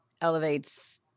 elevates